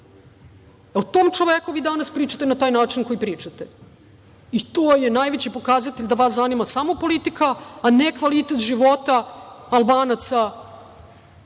O tom čoveku vi danas pričate na taj način na koji pričate. To je najveći pokazatelj da vas zanima samo politika, a ne kvalitet života Albanaca